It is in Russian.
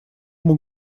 мог